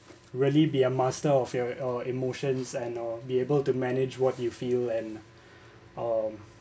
really be a master of your uh emotions and uh be able to manage what you feel and um